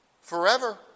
forever